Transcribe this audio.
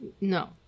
No